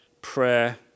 prayer